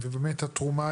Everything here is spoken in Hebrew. אלה שהשתתפו בזום,